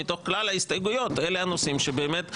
מתוך כלל ההסתייגויות, אלה הנושאים שבאמת חרגו.